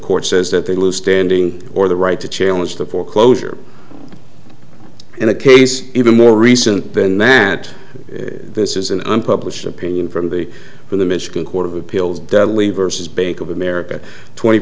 court says that they lose standing or the right to challenge the foreclosure in a case even more recent than and that this is an unpublished opinion from the from the michigan court of appeals deadly versus bank of america twenty